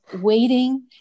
waiting